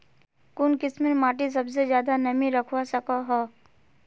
कुन किस्मेर माटी सबसे ज्यादा नमी रखवा सको हो?